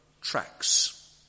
tracks